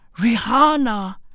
Rihanna